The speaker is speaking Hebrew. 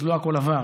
אז לא הכול עבר.